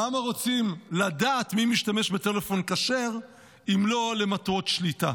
למה רוצים לדעת מי משתמש בטלפון כשר אם לא למטרות שליטה?